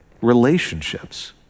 relationships